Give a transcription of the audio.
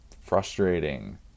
frustrating